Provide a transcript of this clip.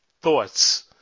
thoughts